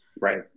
Right